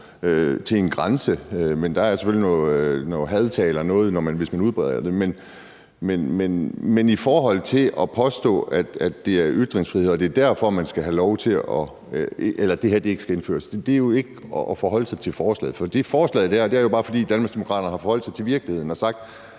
til en grænse, men der er selvfølgelig noget om hadtale og noget, som man ikke må udbrede. Men at påstå, at det er ytringsfrihed, og det er derfor, at det her ikke skal indføres, er jo ikke at forholde sig til forslaget. For forslaget er der jo, bare fordi Danmarksdemokraterne har forholdt sig til virkeligheden og sagt,